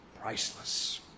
priceless